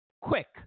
quick